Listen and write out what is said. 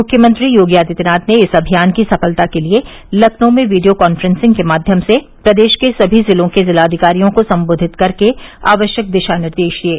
मुख्यमंत्री योगी आदित्यनाथ ने इस अभियान की सफलता के लिये लखनऊ में वीडियो काफ्रेंसिंग के माध्यम से प्रदेश के सभी जिलों के जिलाधिकारियों को संबोधित करके आवश्यक दिशा निर्देश दिये